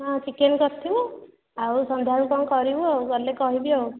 ହଁ ଚିକେନ୍ କରିଥିବୁ ଆଉ ସନ୍ଧ୍ୟାବେଳକୁ କ'ଣ କରିବୁ ଆଉ ଗଲେ କହିବି ଆଉ